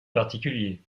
particulier